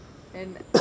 and